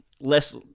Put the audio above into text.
less